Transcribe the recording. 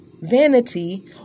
vanity